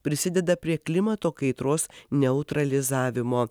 prisideda prie klimato kaitros neutralizavimo